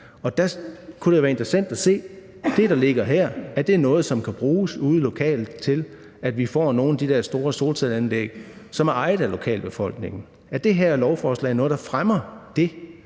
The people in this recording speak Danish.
Der kunne det være interessant at se, om det, der ligger her, er noget, der kan bruges ude lokalt, til at vi får nogle af de der store solcelleanlæg, som er ejet af lokalbefolkningen. Er det her lovforslag noget, der fremmer det?